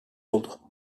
oldu